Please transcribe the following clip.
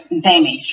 damage